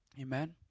Amen